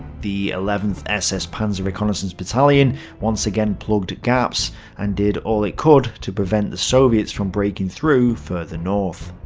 the eleventh ss panzer reconnaissance battalion once again plugged gaps and did all it could to prevent the soviets from breaking through further north.